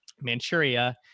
Manchuria